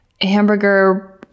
hamburger